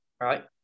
right